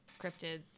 cryptids